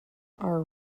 are